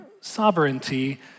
sovereignty